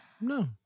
No